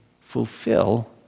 fulfill